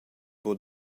buca